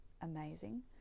amazing